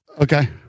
Okay